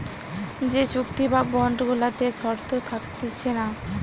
যে চুক্তি বা বন্ড গুলাতে শর্ত থাকতিছে না